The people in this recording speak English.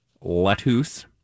lettuce